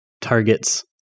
target's